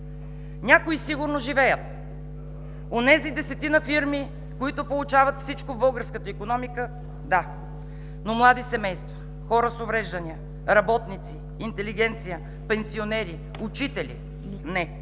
Някои сигурно живеят. Онези десетина фирми, които получават всичко в българската икономика – да. Но млади семейства, хора с увреждания, работници, интелигенция, пенсионери, учители – не!